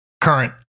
current